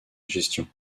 gestion